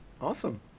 Awesome